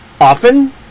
often